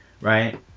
right